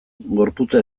gorputza